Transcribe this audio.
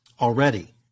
already